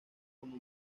como